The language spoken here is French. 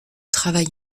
travail